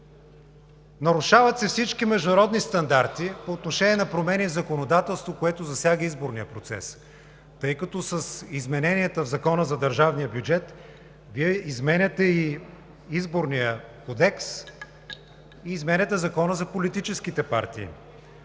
Нарушават се всички международни стандарти по отношение на промени в законодателството, което засяга изборния процес, тъй като с измененията в Закона за държавния бюджет Вие изменяте и Изборния кодекс, изменяте и Закона за политическите партии.